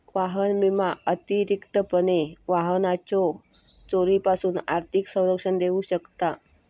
वाहन विमा अतिरिक्तपणे वाहनाच्यो चोरीपासून आर्थिक संरक्षण देऊ शकता